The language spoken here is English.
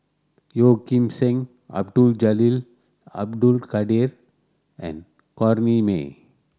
Yeoh Ghim Seng Abdul Jalil Abdul Kadir and Corrinne May